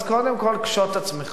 אז קודם כול קשוט עצמך.